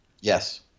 Yes